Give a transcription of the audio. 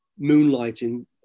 moonlighting